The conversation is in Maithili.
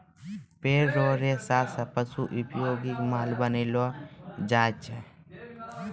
पेड़ रो रेशा से पशु उपयोगी माल बनैलो जाय छै